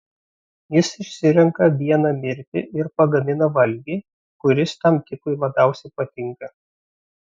jis išsirenka vieną mirti ir pagamina valgį kuris tam tipui labiausiai patinka